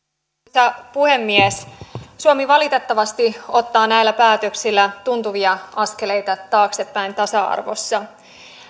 arvoisa puhemies suomi valitettavasti ottaa näillä päätöksillä tuntuvia askeleita taaksepäin tasa arvossa